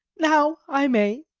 now i may